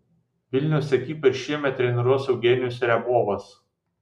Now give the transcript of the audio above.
vilniaus ekipą ir šiemet treniruos eugenijus riabovas